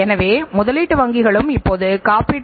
எனவே நாம் மிகவும் கவனமாக இருக்க வேண்டும்